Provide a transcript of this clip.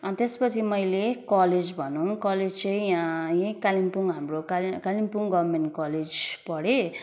अनि त्यसपछि मैले कलेज भनौँ कलेज चाहिँ यहाँ यहीँ कालिम्पोङ हाम्रो काले कालिम्पोङ गभर्मेन्ट कलेज पढेँ